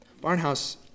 Barnhouse